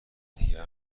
دیگه